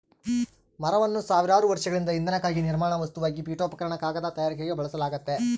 ಮರವನ್ನು ಸಾವಿರಾರು ವರ್ಷಗಳಿಂದ ಇಂಧನಕ್ಕಾಗಿ ನಿರ್ಮಾಣ ವಸ್ತುವಾಗಿ ಪೀಠೋಪಕರಣ ಕಾಗದ ತಯಾರಿಕೆಗೆ ಬಳಸಲಾಗ್ತತೆ